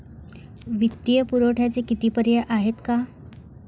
वित्तीय पुरवठ्याचे किती पर्याय आहेत का?